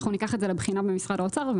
אנחנו ניקח את זה לבחינה במשרד האוצר.